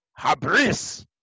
Habris